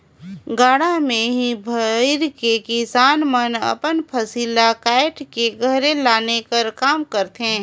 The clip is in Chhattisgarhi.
गाड़ा मे ही भइर के किसान मन अपन फसिल ल काएट के घरे लाने कर काम करथे